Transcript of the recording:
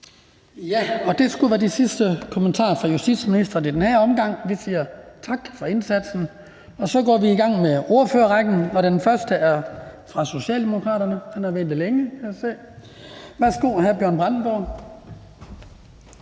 Det skulle være den sidste kommentar fra justitsministeren i den her omgang, og vi siger tak for indsatsen. Så går vi i gang med ordførerrækken. Den første ordfører er fra Socialdemokraterne, og han har ventet længe, kan jeg se. Værsgo til hr. Bjørn Brandenborg.